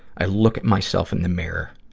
i look at myself in the mirror.